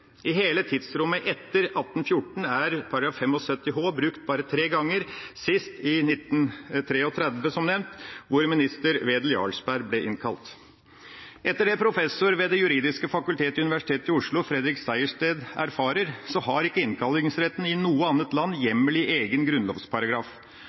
I hele tidsrommet etter 1814 er § 75 h brukt bare tre ganger, sist i 1933, hvor minister Wedel Jarlsberg ble innkalt. Etter det professor ved Det juridiske fakultet, Universitetet i Oslo, Fredrik Sejersted, erfarer, har ikke innkallingsretten i noe annet land hjemmel i egen grunnlovsparagraf.